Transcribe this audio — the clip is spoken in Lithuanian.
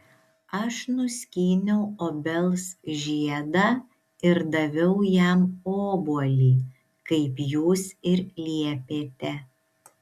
aš nuskyniau obels žiedą ir daviau jam obuolį kaip jūs ir liepėte